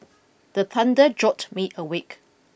the thunder jolt me awake